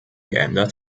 geändert